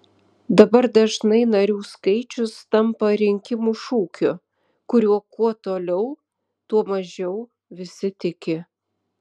dabar dažnai narių skaičius tampa rinkimų šūkiu kuriuo kuo toliau tuo mažiau visi tiki